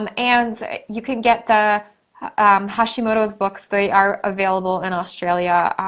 um and you can get the hashimoto's books, they are available in australia,